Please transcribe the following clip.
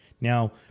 Now